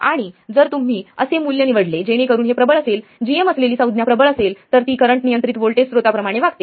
आणि जर तुम्ही असे मूल्य निवडले जेणेकरून हे प्रबल असेल gm असलेली संज्ञा प्रबळ असेल तर ती करंट नियंत्रित व्होल्टेज स्त्रोता प्रमाणे वागते